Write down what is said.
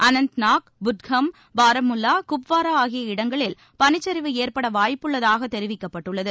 அனந்த்நாக் புட்ஹாம் பாரமுல்லா குப்வாரா ஆகிய இடங்களில் பனிச்சரிவு ஏற்படவாய்ப்புள்ளதாக தெரிவிக்கப்பட்டுள்ளது